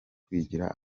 kwigira